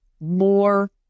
more